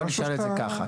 בוא נשאל את זה ככה.